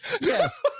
Yes